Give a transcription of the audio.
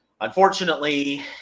unfortunately